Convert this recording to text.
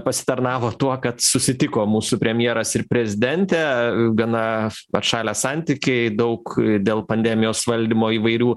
pasitarnavo tuo kad susitiko mūsų premjeras ir prezidentė gana atšalę santykiai daug dėl pandemijos valdymo įvairių